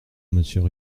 monsieur